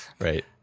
Right